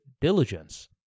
diligence